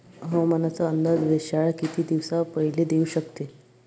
हवामानाचा अंदाज वेधशाळा किती दिवसा पयले देऊ शकते?